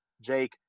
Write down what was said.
Jake